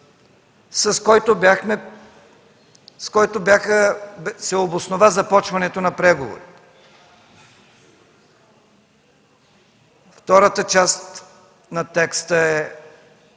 с който се обоснова започването на преговорите. Втората част на текста е: